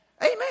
Amen